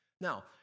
Now